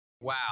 Wow